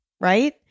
right